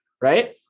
right